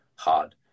hard